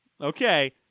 Okay